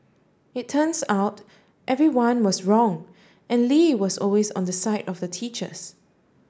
it turns out everyone was wrong and Lee was always on the side of the teachers